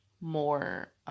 more